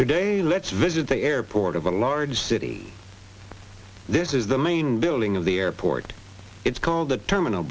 today let's visit the airport of a large city this is the main building of the airport it's called the terminal